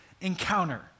encounter